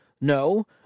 No